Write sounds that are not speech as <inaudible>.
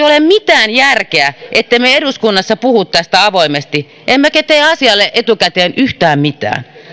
<unintelligible> ole mitään järkeä siinä ettemme eduskunnassa puhu tästä avoimesti emmekä tee asialle etukäteen yhtään mitään